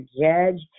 judge